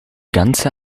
ganze